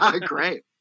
great